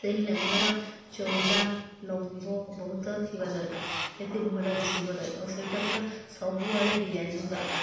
ସେହି ଲେହେଙ୍ଗାର ଚଉଡ଼ା ଲମ୍ବ ବହୁତ ଥିବା ଦରକାର ଏମିତି ଭଲ ଦିଶିବ ଓ ସେଇଟା ପୁରା ସବୁଆଡ଼େ ଡିଜାଇନ୍ ଦରକାର